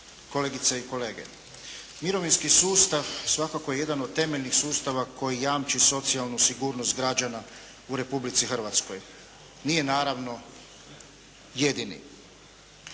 kolegice i kolege. Mirovinski sustav svakako je jedan od temeljnih sustava koji jamči socijalnu sigurnost građana u Republici Hrvatskoj. Nije naravno jedini.